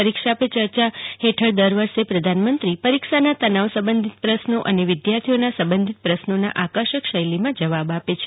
પરીક્ષા પે ચર્ચા હેઠળ દર વર્ષે પ્રધાનમંત્રી પરીક્ષાના તનાવ સંબંધિત પ્રશ્નો અને વિદ્યાર્થીઓના સંબંધિત પ્રશ્નોના આકર્ષક શૈલીમાં જવાબ આપે છે